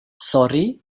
sori